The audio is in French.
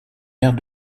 aire